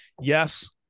Yes